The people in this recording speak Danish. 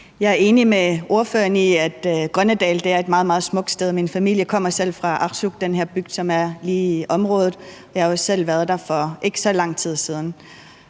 Jeg er enig med ordføreren i, at Grønnedal er et meget, meget smukt sted. Min familie kommer selv fra Arsuk, den her bygd, som er lige i området, og jeg har også selv været der for ikke så lang tid siden.